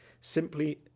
simply